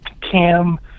Cam